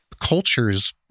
cultures